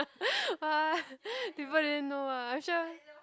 !wah! people didn't know ah sure